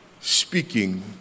speaking